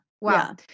Wow